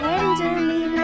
Tenderly